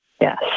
Yes